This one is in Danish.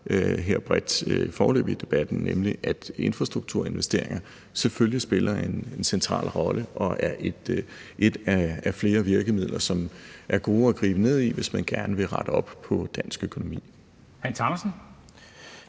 her bredt foreløbig i debatten, være enig i, at infrastrukturinvesteringer selvfølgelig spiller en central rolle og er et af flere virkemidler, som er gode at gribe til, hvis man gerne vil rette op på dansk økonomi. Kl. 10:17